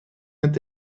met